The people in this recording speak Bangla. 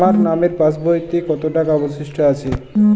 আমার নামের পাসবইতে কত টাকা অবশিষ্ট আছে?